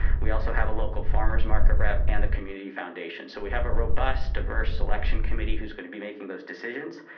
we also have a local farmers market rep and the community foundation. so we have a robust diverse selection committee who's gonna be making those decisions.